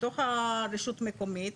בתוך הרשות המקומית,